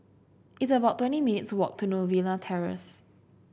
it's about twenty minutes' walk to Novena Terrace